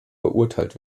beurteilt